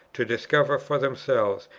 to discover for themselves,